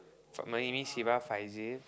siva Faizil